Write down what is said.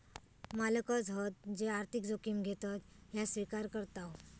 मालकच हत जे आर्थिक जोखिम घेतत ह्या स्विकार करताव